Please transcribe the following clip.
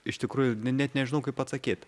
iš tikrųjų net nežinau kaip atsakyt